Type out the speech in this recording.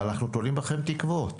אבל אנחנו תולים בכם תקוות.